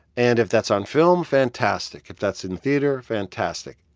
and if that's on film, fantastic. if that's in theater, fantastic.